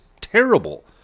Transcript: terrible